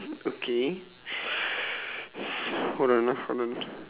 okay hold on ah hold on